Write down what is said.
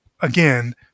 again